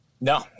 No